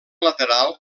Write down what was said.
lateral